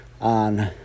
on